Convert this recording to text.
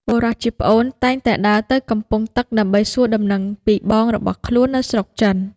បុរសជាប្អូនតែងតែដើរទៅកំពង់ទឹកដើម្បីសួរដំណឹងពីបងរបស់ខ្លួននៅស្រុកចិន។